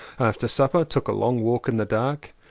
after supper took a long walk in the dark.